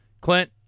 Clint